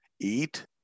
eat